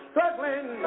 Struggling